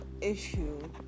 issue